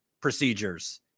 procedures